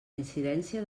incidència